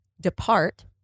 depart